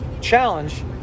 challenge